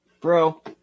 Bro